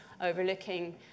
overlooking